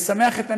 ולשמח את הנכדים,